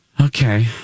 Okay